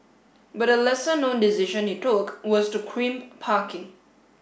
but a lesser known decision he took was to crimp parking